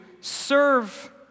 serve